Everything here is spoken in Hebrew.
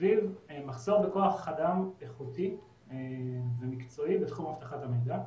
סביב מחסור בכוח אדם איכותי ומקצועי בתחום אבטחת המידע.